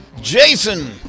Jason